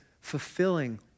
fulfilling